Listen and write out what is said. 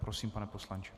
Prosím, pane poslanče.